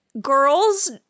girls